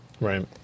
Right